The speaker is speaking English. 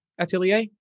atelier